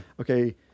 Okay